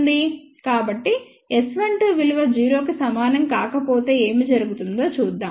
కాబట్టి S12 విలువ 0 కి సమానం కాకపోతే ఏమి జరుగుతుందో చూద్దాం